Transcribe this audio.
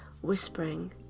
whispering